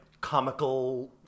comical